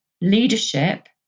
leadership